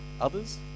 others